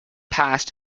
passed